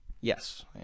Yes